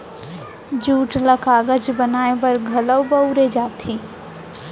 jute ल कागज बनाए बर घलौक बउरे जाथे